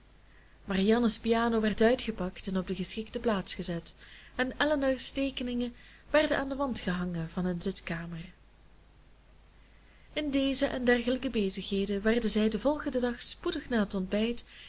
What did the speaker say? marianne's piano werd uitgepakt en op de geschiktste plaats gezet en elinor's teekeningen werden aan den wand gehangen van hun zitkamer in deze en dergelijke bezigheden werden zij den volgenden dag spoedig na het ontbijt